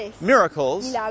miracles